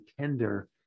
tender